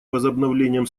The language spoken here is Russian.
возобновлением